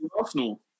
Arsenal